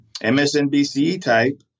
MSNBC-type